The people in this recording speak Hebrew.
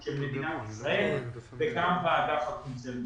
של מדינת ישראל וגם באג"ח מבחוץ.